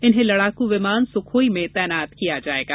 इन्हें लड़ाकू विमान सुखोई में तैनात किया जाएगा